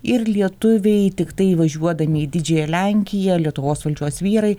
ir lietuviai tiktai įvažiuodami į didžiąją lenkiją lietuvos valdžios vyrai